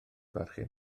barchu